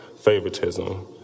favoritism